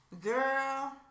Girl